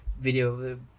video